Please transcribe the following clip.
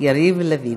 יריב לוין.